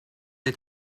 est